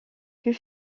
plus